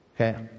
okay